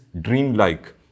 dreamlike